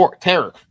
terror